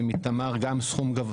ומתמר גם סכום גבוה.